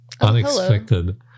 Unexpected